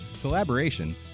collaboration